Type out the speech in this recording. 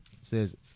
says